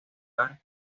lugar